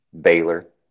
Baylor